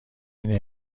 این